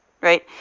right